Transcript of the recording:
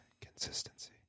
consistency